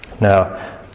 Now